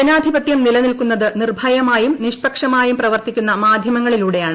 ജനാധിപത്യം നിലനിൽക്കുന്നത് നിർഭയമായും നിഷ്പക്ഷമായും പ്രവർത്തിക്കുന്ന മാധ്യമങ്ങളിലൂടെയാണ്